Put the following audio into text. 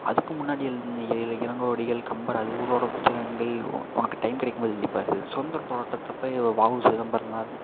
அதுக்கு முன்னாடி இளங்கோவடிகள் கம்பர் அவரோட புத்தகங்கள் உனக்கு டைம் கிடைக்கும்போது எழுதி பார் சுதந்திர போராட்டத்தப்போ வா உ சிதம்பரனார்